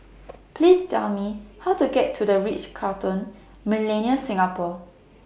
Please Tell Me How to get to The Ritz Carlton Millenia Singapore